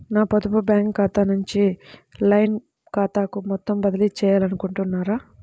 నా పొదుపు బ్యాంకు ఖాతా నుంచి లైన్ ఖాతాకు మొత్తం బదిలీ చేయాలనుకుంటున్నారా?